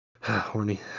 horny